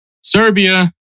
Serbia